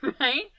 Right